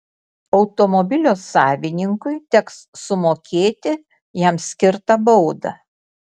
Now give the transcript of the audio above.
automobilio savininkui teks sumokėti jam skirtą baudą